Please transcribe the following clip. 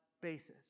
basis